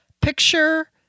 Picture